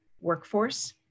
workforce